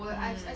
mm